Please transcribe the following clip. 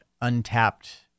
untapped